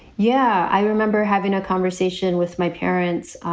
yeah, i remember having a conversation with my parents.